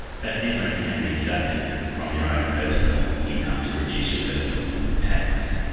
that difference can be deducted from your own personal income to reduce your personal tax.